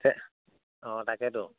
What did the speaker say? অ' তাকেটো